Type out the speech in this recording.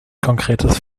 konkretes